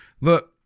Look